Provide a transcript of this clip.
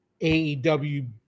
AEW